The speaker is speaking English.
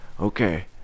okay